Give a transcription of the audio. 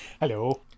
Hello